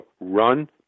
Run